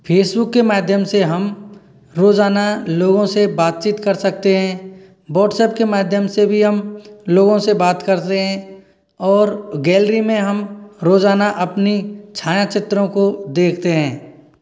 Facebook के माध्यम से हम रोज़ाना लोगों से बातचीत कर सकते हैं बॉट्सएप के माध्यम से भी हम लोगों से बात करते हैं और गैलरी में हम रोज़ाना अपनी छाया चीत्रों को देखते हैं